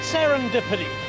Serendipity